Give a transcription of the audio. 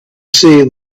see